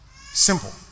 Simple